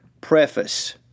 Preface